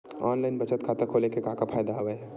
online बचत खाता खोले के का का फ़ायदा हवय